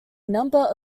number